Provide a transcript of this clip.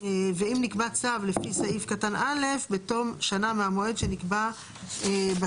ואם נקבע צו לפי סעיף קטן (א) - בתום שנה מהמועד שנקבע בצו.